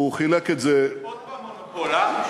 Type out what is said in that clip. עוד פעם מונופול, אה?